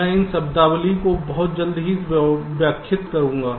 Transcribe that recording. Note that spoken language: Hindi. मैं इन शब्दावली को बहुत जल्द ही व्याख्यायित करूंगा